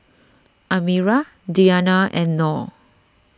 Amirah Diyana and Nor